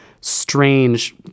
strange